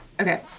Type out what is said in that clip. okay